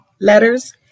letters